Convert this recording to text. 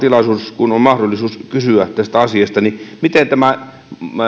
kun on tilaisuus ja mahdollisuus kysyä tästä asiasta miten on tämän